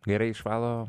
gerai išvalo